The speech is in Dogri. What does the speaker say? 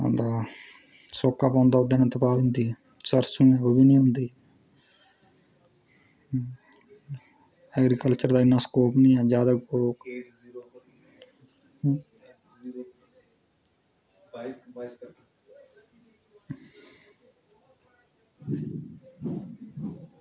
होंदा सुक्का पौंदा ओह्दे कन्नै तबाह होई जंदी सरसों ओह्बी निं होंदी एग्रीकल्चर दा कोई इन्ना स्कोप निं ऐ